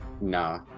Nah